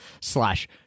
slash